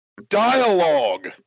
Dialogue